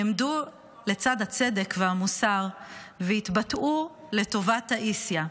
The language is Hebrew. שנעמדו לצד הצדק והמוסר והתבטאו לטובת טאיסיה.